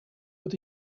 were